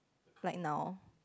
right now